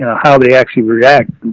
how they actually react.